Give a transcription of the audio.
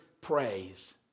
praise